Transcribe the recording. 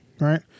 right